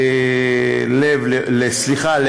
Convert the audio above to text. סליחה,